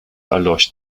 erlosch